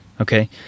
Okay